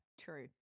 true